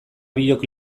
biok